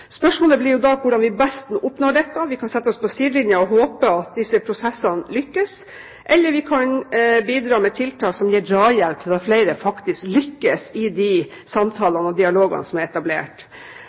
Spørsmålet blir jo da hvordan vi best oppnår dette. Vi kan sette oss på sidelinjen og håpe at disse prosessene lykkes, eller vi kan bidra med tiltak som gir drahjelp, slik at flere faktisk lykkes i de